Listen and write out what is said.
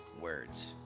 words